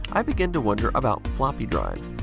i began to wonder about floppy drives.